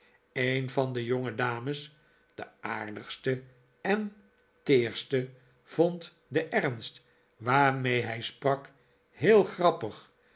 een van de jongedames de aardigste en teerste vond den ernst waarmee hij sprak heel grappig